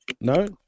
no